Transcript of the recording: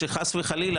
שחס וחלילה,